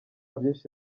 byinshi